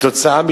כמו